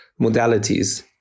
modalities